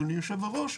אדוני יושב הראש,